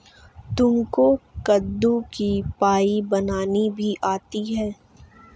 तुमको कद्दू की पाई बनानी भी आती है?